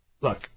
Look